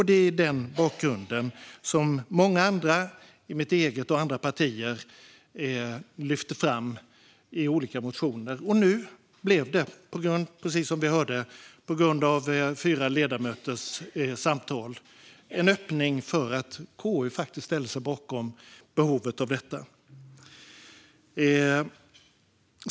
Det är mot denna bakgrund som många, i mitt eget och andra partier, lyfter fram detta i olika motioner. Och nu uppstod som vi hörde, tack vare fyra ledamöters samtal, en öppning för att KU kan ställa sig bakom behovet av detta.